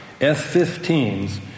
F-15s